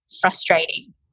frustrating